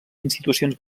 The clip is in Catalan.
institucions